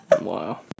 Wow